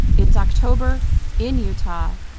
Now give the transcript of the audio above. it's october in utah.